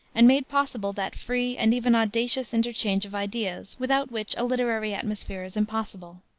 and made possible that free and even audacious interchange of ideas without which a literary atmosphere is impossible.